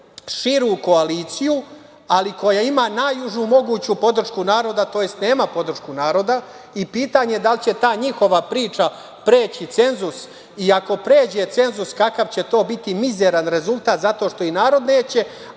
širu koaliciju, ali koja ima najužu moguću podršku naroda, to jest nema podršku naroda i pitanje je da li će ta njihova priča preći cenzus, i ako pređe cenzus kakav će to biti mizeran rezultata zato što ih narod neće,